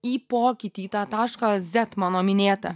į pokytį į tą tašką zet mano minėtą